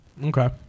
Okay